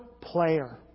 player